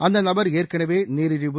அந்த நபர் ஏற்கனவே நீரிழிவு